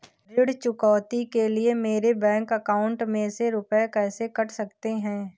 ऋण चुकौती के लिए मेरे बैंक अकाउंट में से रुपए कैसे कट सकते हैं?